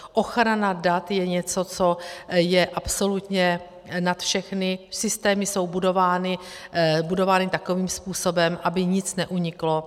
Ochrana dat je něco, co je absolutně nad všechny, systémy jsou budovány takovým způsobem, aby nic neuniklo.